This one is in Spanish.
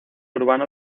urbano